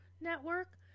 network